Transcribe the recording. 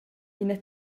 ina